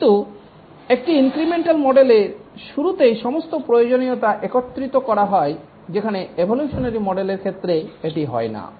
কিন্তু একটি ইনক্রিমেন্টাল মডেলে শুরুতেই সমস্ত প্রয়োজনীয়তা একত্রিত করা হয় যেখানে এভোলিউশনারী মডেলের ক্ষেত্রে এটি হয় না